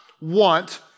want